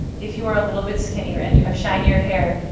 if you are a little bit skinnier and you have shinier hair,